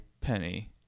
Penny